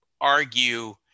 argue